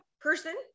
person